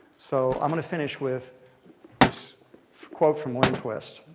so i'm going to finish with this quote from lynne twist.